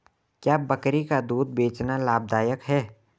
क्या बकरी का दूध बेचना लाभदायक है?